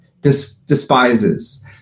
despises